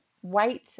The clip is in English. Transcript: white